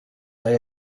they